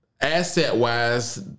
Asset-wise